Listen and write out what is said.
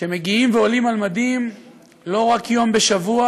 שמגיעים ועולים על מדים לא רק יום בשבוע,